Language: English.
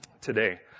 today